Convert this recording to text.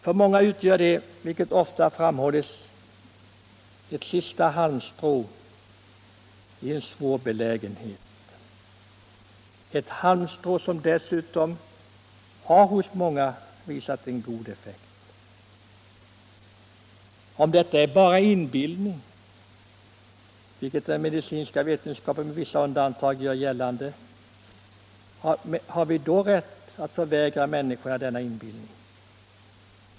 För många utgör de, vilket ofta framhållits, ett sista halmstrå i en svår belägenhet, ett halmstrå som dessutom hos många har visat sig ge en god effekt. Om detta bara är inbillning, vilket den medicinska vetenskapen med vissa undantag gör gällande, har vi då rätt förvägra människorna denna inbillning?